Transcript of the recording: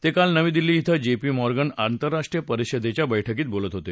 ते काल नवी दिल्ली धिं जेपी मॉर्गन आंतरराष्ट्रीय परिषदेच्या बैठकीत बोलत होते